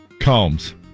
combs